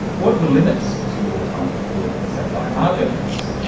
what are the limits to your type of political satire? are there limits?